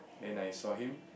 then I saw him